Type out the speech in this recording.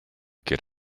get